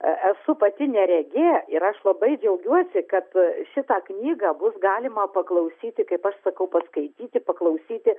esu pati neregė ir aš labai džiaugiuosi kad šitą knygą bus galima paklausyti kaip aš sakau paskaityti paklausyti